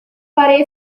para